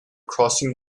crossing